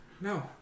No